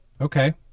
okay